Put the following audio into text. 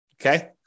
Okay